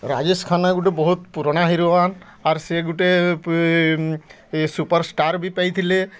ରାଜେଶ୍ ଖାନା ଗୁଟେ ବହୁତ ପୁରୁଣା ହିରୋବାନ୍ ଆର୍ ସେ ଗୁଟେ ସୁପରଷ୍ଟାର୍ ବି ପାଇଥିଲେ